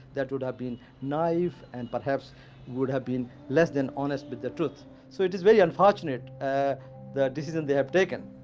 that would have been naive and perhaps would have been less than honest with but the truth so it is very unfortunate the decision they have taken